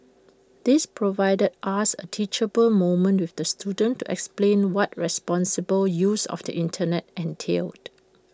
this provided us A teachable moment with the student to explain what responsible use of the Internet entailed